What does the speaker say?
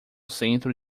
centro